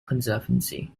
conservancy